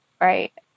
right